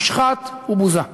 הושחת ובוזה.